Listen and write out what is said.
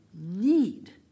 need